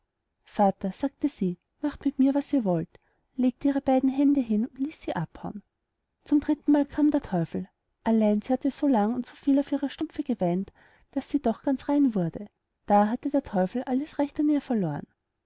vater sagte sie macht mit mir was ihr wollt legte ihre beiden hände hin und ließ sie abhauen zum drittenmal kam der teufel allein sie hatte so lang und viel auf ihre stümpfe geweint daß sie doch ganz rein wurde da hatte der teufel alles recht an ihr verloren